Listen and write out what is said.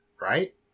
right